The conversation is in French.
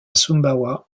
sumbawa